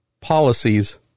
policies